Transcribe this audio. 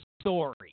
story